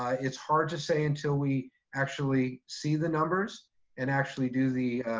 ah it's hard to say until we actually see the numbers and actually do the,